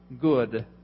good